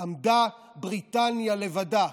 עמדה בריטניה לבדה.